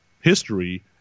history